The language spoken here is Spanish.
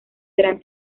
gran